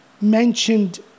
mentioned